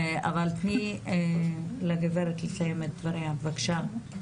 אבל תני לגברת לסיים את דבריה, בבקשה.